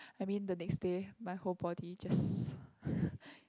I mean the next day my whole body just